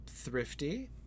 thrifty